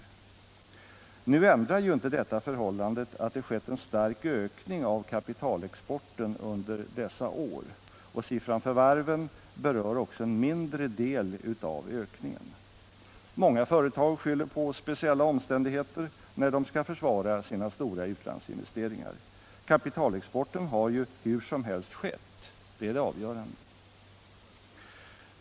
Detta ändrar ju inte det förhållandet att det skett en stark ökning av kapitalexporten under dessa år. Siffran för varven berör dessutom en mindre del av ökningen. Många företag skyller på ”speciella omständigheter” när de skall försvara sina stora utlandsinvesteringar. Kapitalexporten har hur som helst skett, det är det avgörande.